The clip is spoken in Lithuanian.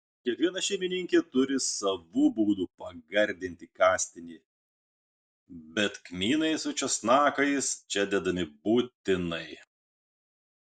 kiekviena šeimininkė turi savų būdų pagardinti kastinį bet kmynai ir česnakas čia dedami būtinai